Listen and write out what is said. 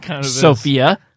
Sophia